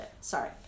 Sorry